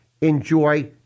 enjoy